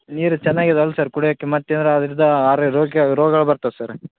ನೀರು ಚೆನ್ನಾಗಿದವಲ್ಲ ಸರ್ ಕುಡಿಯೋಕೆ ಮತ್ತು ಏನಾದ್ರು ಆದ್ರ ಅದರಿಂದ ರೋಗ ಬರ್ತದೆ ಸರ್